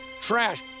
trash